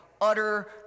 utter